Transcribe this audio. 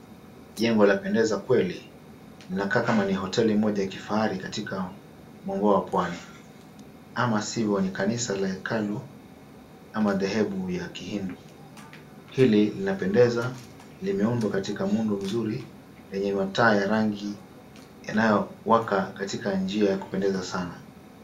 Jengo lapendeza kweli, inakaa kama ni hoteli moja ya kifahari katika Pwani ama siivo ni kanisa la hekalu ama dhehebu la Kihindu, hili linapendeza limeundwa katika muundo nzuri yenye taa ya rangi inayowaka katika njia ya kupendeza sana.